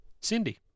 Cindy